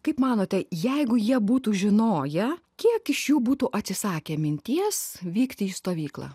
kaip manote jeigu jie būtų žinoję kiek iš jų būtų atsisakę minties vykti į stovyklą